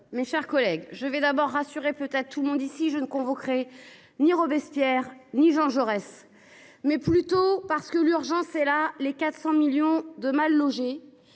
mes chers collègues, je vais d'abord. Peut à tout le monde ici je ne convoquerait ni Robespierre ni Jean Jaurès mais plutôt parce que l'urgence est là. Les 400 millions de mal logés